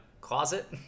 closet